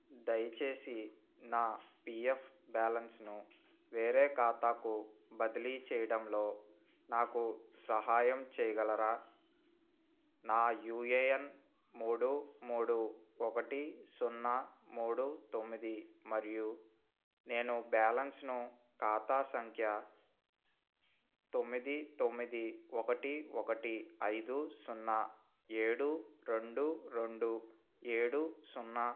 దయచేసి నా P F బ్యాలెన్స్ను వేరే ఖాతాకు బదిలీ చేయడంలో నాకు సహాయం చేయగలరా నా యూ ఏ ఎన్ మూడు మూడు ఒకటి సున్నా మూడు తొమ్మిది మరియు నేను బ్యాలెన్స్ను ఖాతా సంఖ్య తొమ్మిది తొమ్మిది ఒకటి ఒకటి ఐదు సున్నా ఏడు రెండు రెండు ఏడు సున్నా